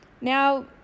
Now